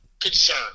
concern